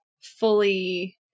fully